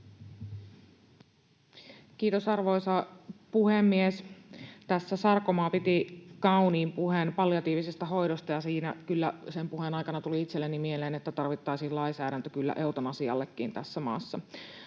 Kiitos, arvoisa puhemies! Tässä Sarkomaa piti kauniin puheen palliatiivisesta hoidosta, ja siinä kyllä sen puheen aikana tuli itselleni mieleen, että tarvittaisiin lainsäädäntö eutanasiallekin tässä maassa.